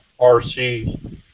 RC